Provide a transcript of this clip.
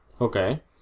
Okay